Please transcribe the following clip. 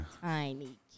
Tiny